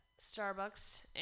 Starbucks